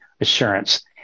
assurance